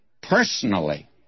personally